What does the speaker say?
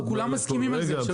כולם מסכימים על זה.